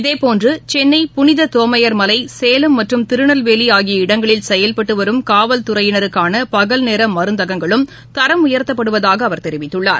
இதேபோன்றுசென்னை புனிததோமையர் மலை சேலம் மற்றும் திருநெல்வேலிஆகிய இடங்களில் செயல்பட்டுவரும் காவல்துறையினருக்கானபகல் நேரமருந்தகங்களும் தரம் உயர்த்தப்படுவதாகதெரிவித்துள்ளார்